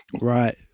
Right